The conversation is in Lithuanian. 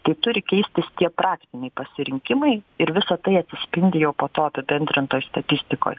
tai turi keistis tie praktiniai pasirinkimai ir visa tai atsispindi jau po to apibendrintoj statistikoj